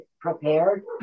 prepared